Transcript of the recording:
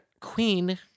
Queen